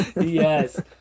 Yes